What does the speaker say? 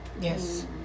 yes